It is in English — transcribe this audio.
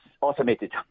automated